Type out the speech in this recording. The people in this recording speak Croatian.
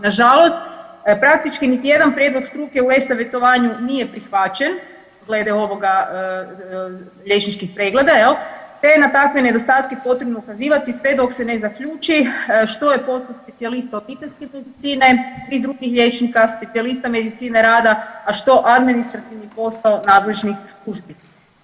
Nažalost, praktički niti jedan prijedlog struke u e-savjetovanju nije prihvaćen glede ovoga liječničkih pregleda jel, te je na takve nedostatke potrebno ukazivati sve dok se ne zaključi što je posao specijalista obiteljske medicine, svih drugih liječnika, specijalista medicine rada, a što administrativni posao nadležnih službi.